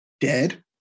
dead